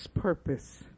purpose